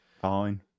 Fine